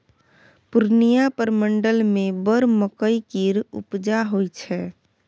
पूर्णियाँ प्रमंडल मे बड़ मकइ केर उपजा होइ छै